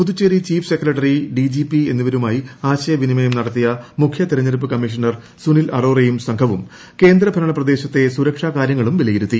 Puducherry chief secretary DGP എന്നിവരുമായി ആശയവിനിമയം നടത്തിയ മുഖ്യതെരഞ്ഞെടുപ്പ് കമ്മീഷണർ സുനിൽ അറോറയും സംഘവും കേന്ദ്ര ഭരണ പ്രദേശത്തെ സുരക്ഷാ കാര്യങ്ങളും വിലയിരുത്തി